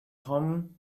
tom